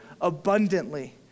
abundantly